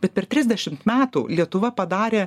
bet per trisdešimt metų lietuva padarė